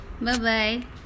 bye-bye